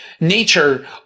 nature